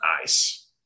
Nice